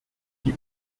die